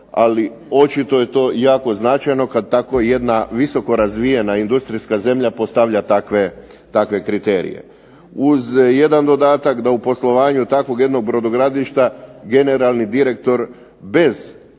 ali očito je to jako značajno kad tako jedna visoko razvijena industrijska zemlja postavlja takve kriterije. Uz jedan dodatak da u poslovanju takvog jednog brodogradilišta generalni direktor bez